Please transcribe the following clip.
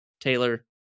taylor